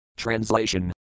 Translation